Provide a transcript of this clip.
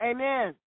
Amen